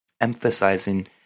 emphasizing